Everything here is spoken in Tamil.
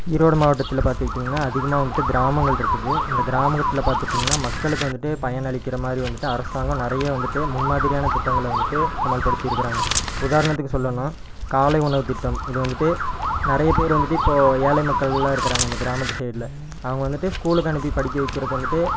ஈரோடு மாவட்டத்தில் பார்த்துக்கிட்டிங்கன்னா அதிகமாக வந்துவிட்டு கிராமங்கள் இருக்குது இந்த கிராமத்தில் பார்த்துட்டிங்கன்னா மக்களுக்கு வந்துவிட்டு பயனளிக்கிற மாதிரி வந்துவிட்டு அரசாங்கம் நறைய வந்துவிட்டு முன்மாதிரியான திட்டங்களை வந்துவிட்டு அமல்படுத்திருக்குறாங்க உதாரணத்துக்கு சொல்லணுன்னா காலை உணவுத்திட்டம் இது வந்துவிட்டு நிறைய பேர் வந்துவிட்டு இப்போ ஏழை மக்கள்லாம் இருக்குறாங்க இந்த கிராமத்து சைட்டில் அவங்க வந்துவிட்டு ஸ்கூலுக்கு அனுப்பி படிக்க வைக்கிறக்கு வந்துவிட்டு